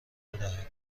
بدهد